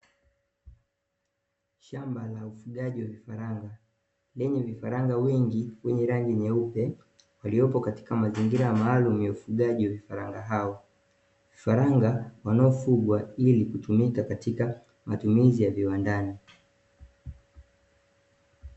Shamba la ufugaji wa vifaranga lenye vifaranga wengi wenye rangi nyeupe walipo katika mazingira maalumu ya ufugaji wa vifaranga hao, vifaranga wanaofugwa ili kutumika katika matumizi ya viwandani.